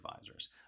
advisors